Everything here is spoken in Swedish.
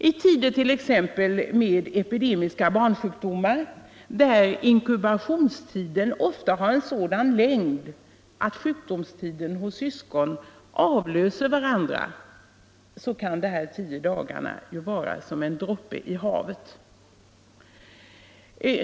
I tider med t.ex. epidemiska barnsjukdomar där inkubationstiden har en sådan längd att sjukdomsperioderna hos syskon avlöser varandra kan dessa tio dagar vara som en droppe i havet.